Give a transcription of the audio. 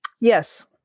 Yes